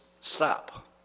stop